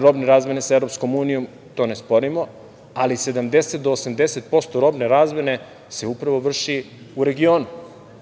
robne razmene sa EU, to ne sporimo, ali 70-80% robne razmene se upravo vrši u regionu.